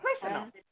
Personal